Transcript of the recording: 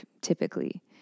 typically